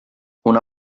una